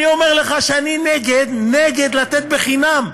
אני אומר לך שאני נגד, נגד, לתת בחינם.